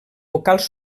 vocals